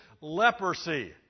leprosy